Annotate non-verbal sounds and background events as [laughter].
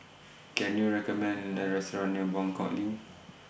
[noise] Can YOU recommend A Restaurant near Buangkok LINK